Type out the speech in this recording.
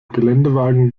geländewagen